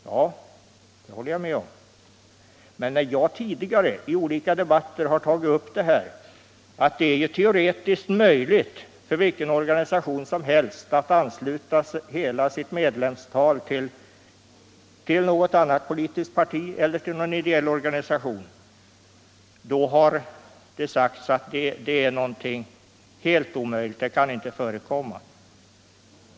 Ja, det håller jag med om, men när jag tidigare i olika debatter har tagit upp det förhållandet att det är teoretiskt möjligt för vilken organisation som helst att ansluta hela sin medlemskår till något annat politiskt parti eller till någon ideell organisation har det sagts, att det är någonting helt omöjligt — det kan inte förekomma.